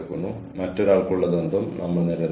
തുടക്കത്തിൽ അത് വെറും വ്യക്തിഗത കോഴ്സുകൾ ആയിരുന്നു